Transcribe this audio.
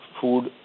Food